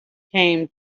came